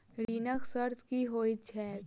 ऋणक शर्त की होइत छैक?